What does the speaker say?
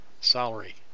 salary